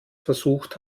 versucht